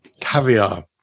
Caviar